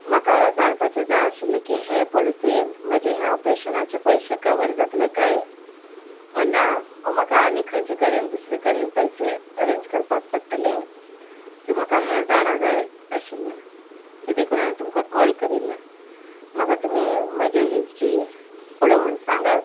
म्हाका जाणपाचें जाय आशिल्लें की हे पॉलिसीन म्हजे हे ऑपरेशनाचे पयशे कवर जातले काय ओ ना ओ म्हाका आनी खंयचे कडेन दुसरे कडेन पयशे अरेन्ज करपाक पडटले सो म्हाका हें जाणा जाय आशिल्लें सो देखून हांयें तुमकां कॉल करिल्लें म्हाका तुमी म्हजे हिस्ट्री पळोवन सांगात